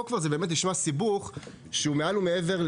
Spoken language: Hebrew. פה זה כבר באמת נשמע כמו סיבוך שהוא מעל ומעבר,